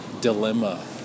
dilemma